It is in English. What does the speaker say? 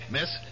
Miss